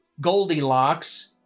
Goldilocks